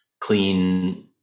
clean